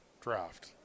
draft